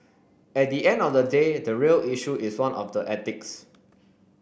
at the end of the day the real issue is one of the ethics